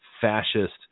fascist